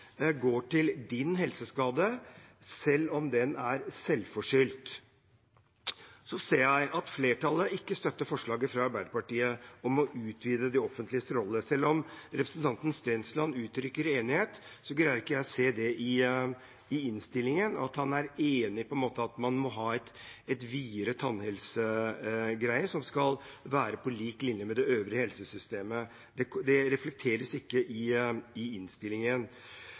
går til din helseskade, selv om den er selvforskyldt. Så ser jeg at flertallet ikke støtter forslaget fra Arbeiderpartiet om å utvide det offentliges rolle. Selv om representanten Stensland uttrykker enighet, greier ikke jeg å se av innstillingen at han er enig i at man må ha et videre tannhelsesystem som skal være på lik linje med det øvrige helsesystemet. Det reflekteres ikke i innstillingen. Jeg leser av innstillingen